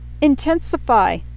intensify